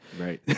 Right